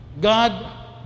God